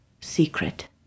secret